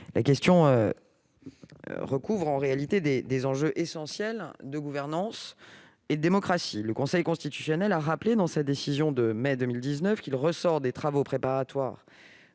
question recouvre en réalité des enjeux essentiels de gouvernance et démocratie. Le Conseil constitutionnel a rappelé, dans sa décision de mai 2019, qu'il ressort des travaux préparatoires